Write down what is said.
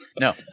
No